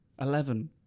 Eleven